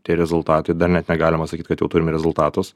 tie rezultatai dar net negalima sakyt kad jau turim rezultatus